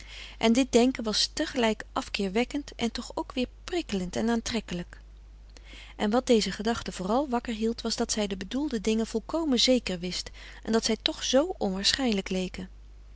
en dit denken was tegelijk afkeer wekkend en toch ook weer prikkelend en aantrekkelijk en wat deze gedachten vooral wakker hield was dat zij de bedoelde dingen volkomen zeker wist en dat zij toch zoo onwaarschijnlijk leken